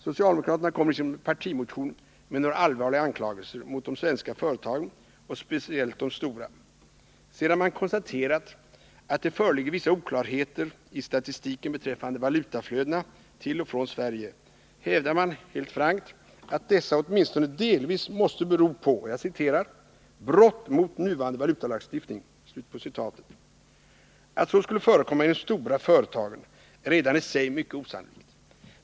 Socialdemokraterna kommer i sin partimotion med några allvarliga anklagelser mot de svenska företagen och speciellt de stora. Sedan man konstaterat att det föreligger vissa oklarheter i statistiken beträffande valutaflödena till och från Sverige hävdar man helt frankt att dessa åtminstone delvis måste bero på ”brott mot nuvarande valutalagstiftning”. Att så skulle förekomma i de stora företagen är redan i sig mycket osannolikt.